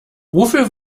wofür